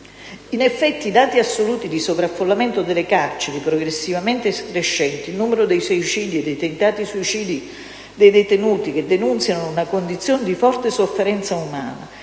In effetti, i dati assoluti di sovraffollamento delle carceri, progressivamente crescenti, il numero dei suicidi e dei tentativi di suicidi dei detenuti, che denunziano una condizione di forte sofferenza umana,